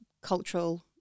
cultural